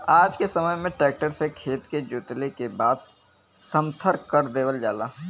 आज के समय में ट्रक्टर से खेत के जोतले के बाद समथर कर देवल जाला